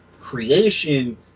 creation